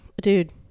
Dude